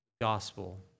gospel